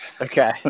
Okay